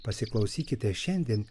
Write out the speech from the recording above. pasiklausykite šiandien